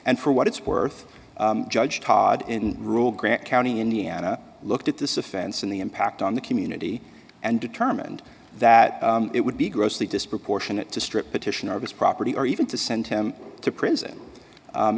and for what it's worth judge todd in rule grant county indiana looked at this offense and the impact on the community and determined that it would be grossly disproportionate to strip petitioner of his property or even to send him to prison